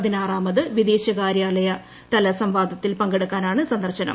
പതിനാറാമതത് വിദേശകാര്യാലയതല സംവാദത്തിൽ പങ്കെടുക്കാനായാണ് സന്ദർശനം